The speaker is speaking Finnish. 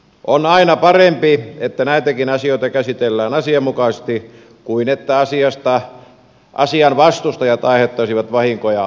on aina parempi että näitäkin asioita käsitellään asianmukaisesti kuin että asian vastustajat aiheuttaisivat vahinkoja tarhauksiin